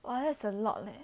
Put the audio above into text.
!wah! that's a lot leh